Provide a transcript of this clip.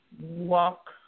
walk